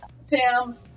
Sam